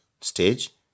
stage